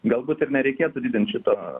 galbūt ir nereikėtų didint šito